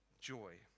Joy